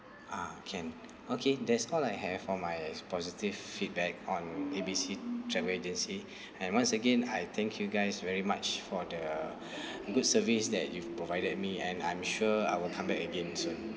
ah can okay that's all I have for my positive feedback on A B C travel agency and once again I thank you guys very much for the good service that you've provided me and I'm sure I will come back again soon